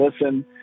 listen